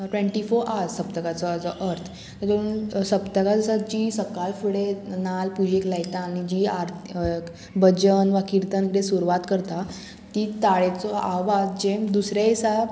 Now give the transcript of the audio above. twenty four hours सप्तकाचो हेजो अर्थ तितून सप्तका दिसाची जी सकाळ फुडें नाल्ल पुजेक लायता आनी जी आरती भजन वा किर्तन कितें सुरवात करता ती ताळेचो आवाज जे दुसरे दिसा